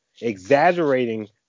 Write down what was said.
exaggerating